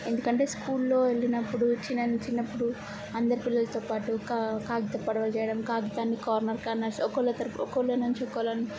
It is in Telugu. ఎందుకంటే స్కూల్లో వెళ్ళినప్పుడు వచ్చి నన్ను చిన్నప్పుడు అందరు పిల్లలతో పాటు కా కాగితపు పడవలు చేయడం కాగితాన్ని కార్నర్ కార్నర్స్ ఒక్కరు త ఒకరి నుంచి ఇంకొకరిని